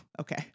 Okay